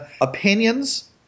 opinions